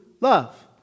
love